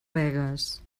begues